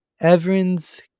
Evans